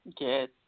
Yes